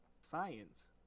Science